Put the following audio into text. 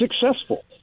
successful